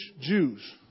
Jews